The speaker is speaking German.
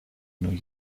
new